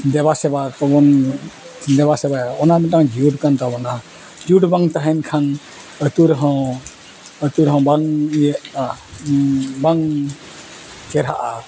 ᱫᱮᱵᱟ ᱥᱮᱵᱟ ᱠᱚᱵᱚᱱ ᱫᱮᱵᱟ ᱥᱮᱵᱟᱭᱟ ᱚᱱᱟ ᱢᱤᱫᱴᱟᱝ ᱡᱩᱴ ᱠᱟᱱ ᱛᱟᱵᱚᱱᱟ ᱡᱩᱴ ᱵᱟᱝ ᱛᱟᱦᱮᱱ ᱠᱷᱟᱱ ᱟᱛᱳ ᱨᱮᱦᱚᱸ ᱟᱛᱳᱨᱮᱦᱚᱸ ᱵᱟᱝ ᱤᱭᱟᱹᱜᱼᱟ ᱵᱟᱝ ᱪᱮᱨᱦᱟᱜᱼᱟ